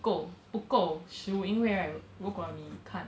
够不够食物因为 right 如果妳看